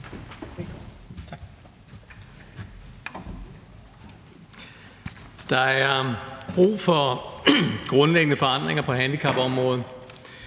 Der er brug for grundlæggende forandringer på handicapområdet,